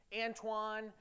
Antoine